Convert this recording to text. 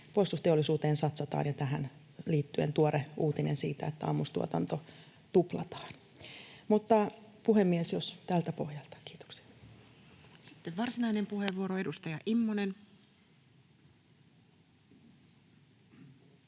puolustusteollisuuteen satsataan. Ja tähän liittyen tuore uutinen siitä, että ammustuotanto tuplataan. Puhemies! Jos tältä pohjalta. — Kiitoksia. [Speech 71] Speaker: Toinen varapuhemies